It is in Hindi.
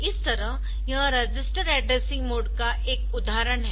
इस तरह यह रजिस्टर एड्रेसिंग मोड का एक उदाहरण है